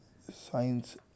science